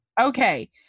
Okay